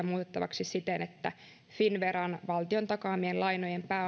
muutettavaksi siten että finnveran valtion takaamien lainojen